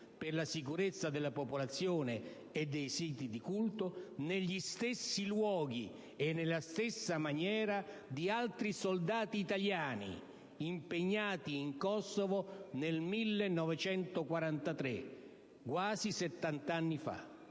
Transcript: per la sicurezza della popolazione e dei siti di culto, negli stessi luoghi e nella stessa maniera di altri soldati italiani impegnati in Kosovo nel 1943, quasi settanta anni fa.